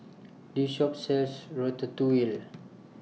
This Shop sells Ratatouille